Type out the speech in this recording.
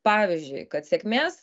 pavyzdžiui kad sėkmės